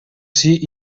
sie